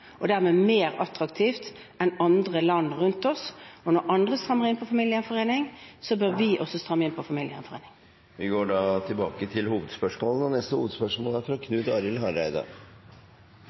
og dermed mer attraktivt, enn andre land rundt oss, og når andre strammer inn på familiegjenforening, bør vi også stramme inn på familiegjenforening. Vi går videre til neste hovedspørsmål.